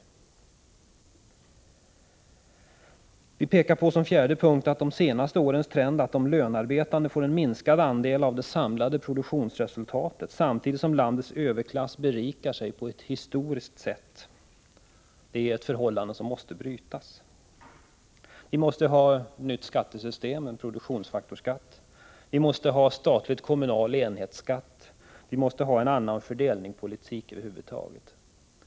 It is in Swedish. Under den fjärde punkten pekar vi på att de senaste årens trend, att de lönearbetande får en minskad andel av det samlade produktionsresultatet samtidigt som landets överklass berikar sig på ett historiskt sätt, måste brytas. Vi måste ha ett nytt skattesystem, med en produktionsfaktorsskatt, vi måste ha statlig-kommunal enhetsskatt, vi måste ha en annan fördelningspolitik över huvud taget.